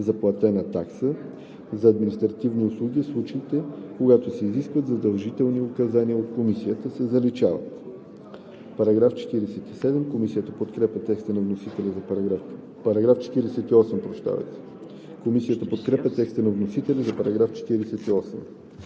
за платена такса за административни услуги в случаите, когато се искат задължителни указания от комисията“ се заличават.“ Комисията подкрепя текста на вносителя за § 48.